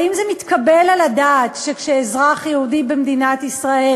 האם זה מתקבל על הדעת שכשאזרח יהודי במדינת ישראל